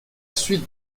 suite